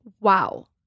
wow